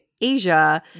asia